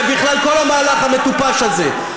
זה בכלל כל המהלך המטופש הזה.